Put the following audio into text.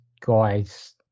guys